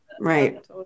right